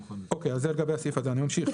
אז זה לגבי הסעיף הזה, אני ממשיך.